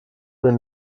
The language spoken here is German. den